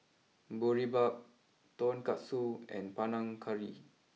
Boribap Tonkatsu and Panang Curry